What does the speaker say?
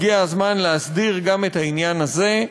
הגיע הזמן להסדיר גם את העניין הזה,